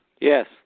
Yes